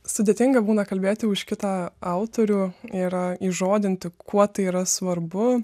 sudėtinga būna kalbėti už kitą autorių ir a įžodinti kuo tai yra svarbu